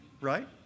Right